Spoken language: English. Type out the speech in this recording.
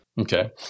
Okay